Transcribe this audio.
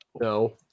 No